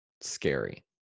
scary